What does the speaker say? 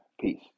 peace